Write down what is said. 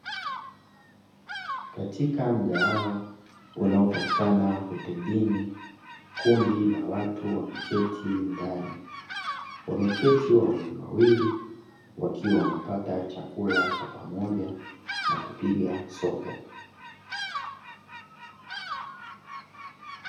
Katika mgahawa unaopatikana hotelini kundi la watu, wameketi ndani wameketi wawiliwawili, wakiwa wanapata chakula cha pamoja nakupiga soga.